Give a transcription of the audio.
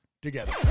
together